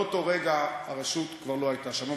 מאותו רגע, הרשות כבר לא הייתה שם.